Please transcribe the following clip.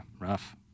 rough